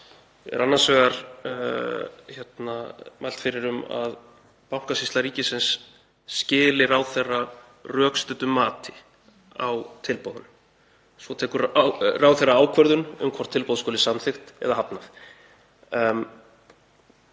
gr. er annars vegar mælt fyrir um að Bankasýsla ríkisins skili ráðherra rökstuddu mati á tilboðum. Svo tekur ráðherra ákvörðun um hvort tilboð skuli samþykkt eða hafnað.